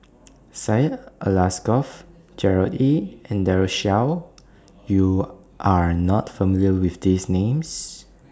Syed Alsagoff Gerard Ee and Daren Shiau YOU Are not familiar with These Names